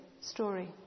story